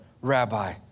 rabbi